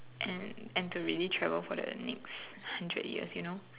and and to really travel for the next hundred years you know